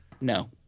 No